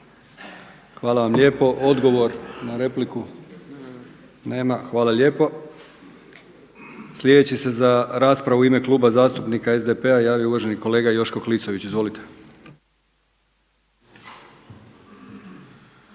Hvala vam lijepo. Odgovor na repliku. Nema. Hvala lijepo. Sljedeći se za raspravu u ime Kluba zastupnika SDP-a javio uvaženi Joško Klisović. Izvolite. **Klisović,